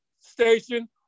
station